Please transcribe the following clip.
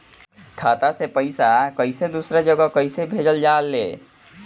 खाता से पैसा कैसे दूसरा जगह कैसे भेजल जा ले?